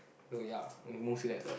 so ya and mostly like that